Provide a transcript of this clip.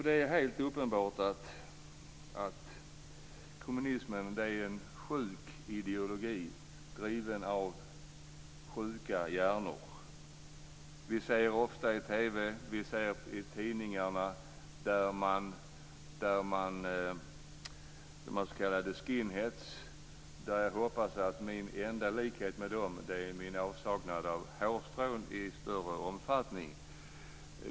Det är helt uppenbart att kommunismen är en sjuk ideologi, driven av sjuka hjärnor. Vi ser ofta i TV och i tidningarna s.k. skinheads, och jag hoppas att min enda likhet med dem är min avsaknad av hårstrån i större omfattning.